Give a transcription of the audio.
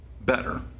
better